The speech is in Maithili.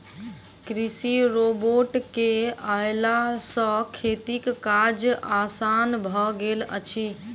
कृषि रोबोट के अयला सॅ खेतीक काज आसान भ गेल अछि